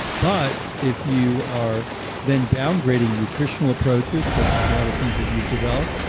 but if you are then downgrading nutritional approaches such as a lot of things that you've developed,